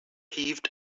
heaved